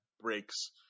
breaks